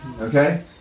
Okay